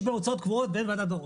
יש בהוצאות קבועות ואין ועדת ---.